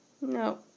No